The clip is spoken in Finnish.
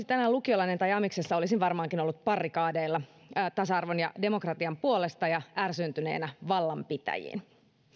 tänään lukiolainen tai amiksessa olisin varmaankin ollut barrikadeilla tasa arvon ja demokratian puolesta ja ärsyyntyneenä vallanpitäjiin